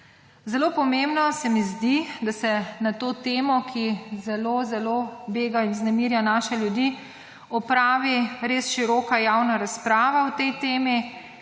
Zelo pomembno se mi zdi, da se na to temo, ki zelo bega in vznemirja naše ljudi, opravi res široka javna razprava o tej temi,